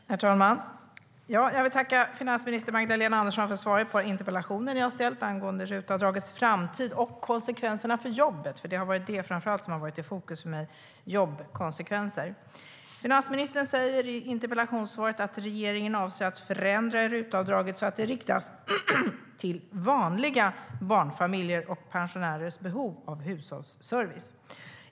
Herr talman! Jag vill tacka finansminister Magdalena Andersson för svaret på interpellationen jag ställt angående RUT-avdragets framtid och konsekvenserna för jobben. Det är framför allt jobbkonsekvenserna som varit i fokus för mig. Finansministern säger i interpellationssvaret att regeringen avser att förändra RUT-avdraget så att det riktas till vanliga barnfamiljers och pensionärers behov av hushållsservice.